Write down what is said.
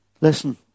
Listen